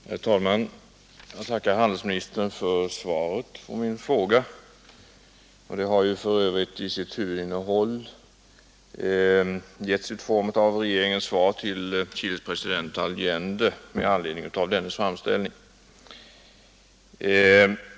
Herr talman! Jag tackar handelsministern för svaret på min fråga. Det har för övrigt till sitt huvudinnehåll redan givits i form av regeringens svar till Chiles president Allende med anledning av dennes framställning.